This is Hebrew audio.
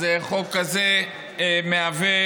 אז חוק כזה הוא עבורי,